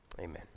Amen